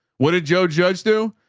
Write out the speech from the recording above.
what did joe judge do?